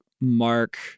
Mark